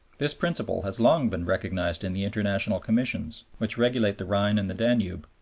this principle has long been recognized in the international commissions which regulate the rhine and the danube.